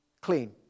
clean